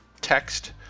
text